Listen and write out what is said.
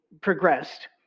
progressed